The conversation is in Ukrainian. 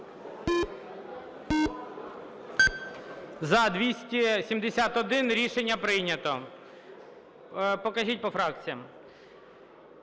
За-271 Рішення прийнято. Покажіть по фракціям.